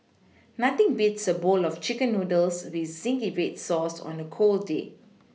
nothing beats a bowl of chicken noodles with zingy red sauce on a cold day